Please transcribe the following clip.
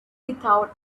without